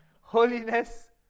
holiness